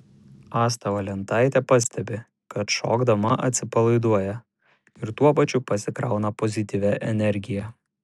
asta valentaitė pastebi kad šokdama atsipalaiduoja ir tuo pačiu pasikrauna pozityvia energija